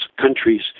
countries